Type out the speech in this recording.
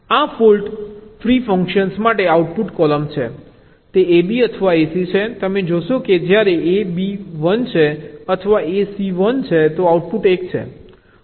આ fault free function માટે output column છે તે ab અથવા ac છે તમે જોશો કે જ્યારે ab 1 છે અથવા ac 1 છે તો આઉટપુટ 1 છે